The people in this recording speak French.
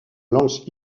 lance